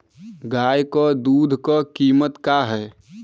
गाय क दूध क कीमत का हैं?